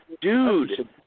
Dude